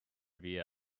via